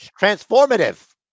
transformative